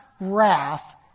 wrath